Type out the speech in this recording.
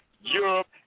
Europe